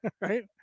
right